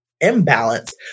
imbalance